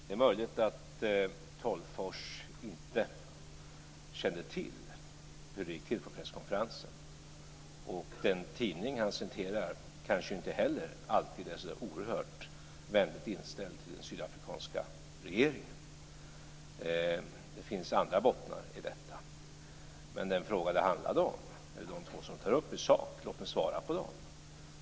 Herr talman! Det är möjligt att Tolgfors inte känner till hur det gick till på presskonferensen. Och den tidning som han citerade kanske inte alltid är så oerhört vänligt inställd till den sydafrikanska regeringen. Det finns andra bottnar i detta. Men låt mig svara på de två frågor som togs upp i sak.